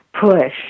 push